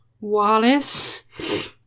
Wallace